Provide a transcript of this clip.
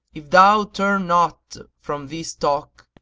if thou turn not from this talk,